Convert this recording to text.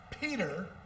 Peter